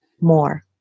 more